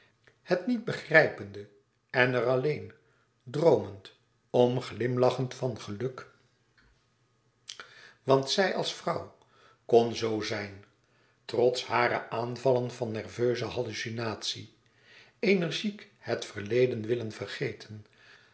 het niet begrijpende en er alleen droomend om glimlachend van geluk want zij als vrouw kon zoo zijn trots hare aanvallen van nerveuze hallucinatie energiek het verleden willen vergeten